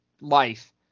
life